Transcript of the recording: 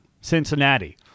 Cincinnati